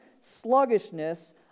sluggishness